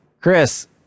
Chris